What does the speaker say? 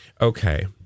Okay